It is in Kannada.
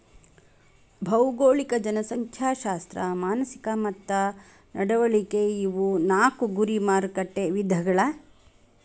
ಭೌಗೋಳಿಕ ಜನಸಂಖ್ಯಾಶಾಸ್ತ್ರ ಮಾನಸಿಕ ಮತ್ತ ನಡವಳಿಕೆ ಇವು ನಾಕು ಗುರಿ ಮಾರಕಟ್ಟೆ ವಿಧಗಳ